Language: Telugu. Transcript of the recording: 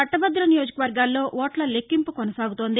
వట్టభద్ద నియోజకవర్గాల్లో ఓట్ల లెక్కింపు కొనసాగుతోంది